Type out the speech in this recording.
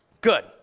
Good